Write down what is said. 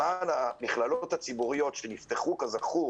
למען המכללות הציבוריות שנפתחו כזכור